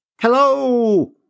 Hello